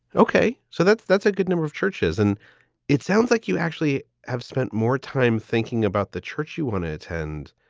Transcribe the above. ok, so that's that's a good number of churches. and it sounds like you actually have spent more time thinking about the church you want to attend.